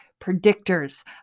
predictors